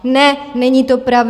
Ne, není to pravda.